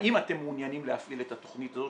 האם אתם מעוניינים להפעיל את התוכנית הזאת